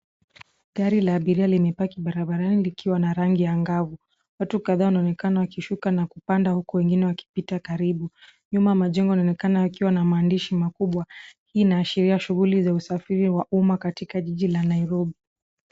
Gari la abiria limepaki barabarani likiwa na rangi angavu. Watu kadhaa wanaonekana wakishuka na kupanda huku wengine wakipita karibu. Nyuma majengo yanaonekana yakiwa na maandishi makubwa. Hii inaashiria shughuli za usafiri wa umma katika jiji la Nairobi.